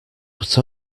but